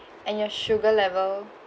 and your sugar level